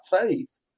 faith